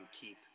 keep